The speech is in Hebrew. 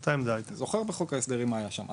אני זוכר בחוק ההסדרים מה היה שם.